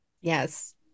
Yes